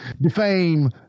defame